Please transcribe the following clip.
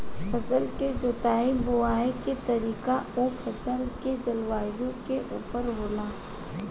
फसल के जोताई बुआई के तरीका उ फसल के जलवायु के उपर होला